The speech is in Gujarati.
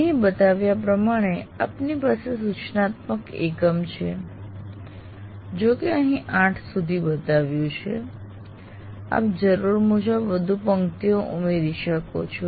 અહીં બતાવ્યા પ્રમાણે આપની પાસે સૂચનાત્મક એકમ છે જો કે અહીં 8 સુધી બતાવ્યું છે આપ જરૂર મુજબ વધુ પંક્તિઓ ઉમેરી શકો છો